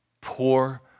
Poor